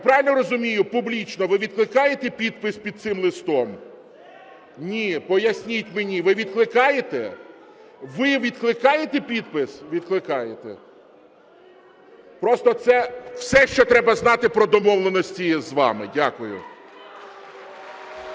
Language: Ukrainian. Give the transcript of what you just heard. Я правильно розумію, публічно ви відкликаєте підпис під цим листом? Ні, поясність мені, ви відкликаєте? Ви відкликаєте підпис? Відкликаєте. Просто це все, що треба знати про домовленості з вами. Дякую.